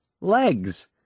legs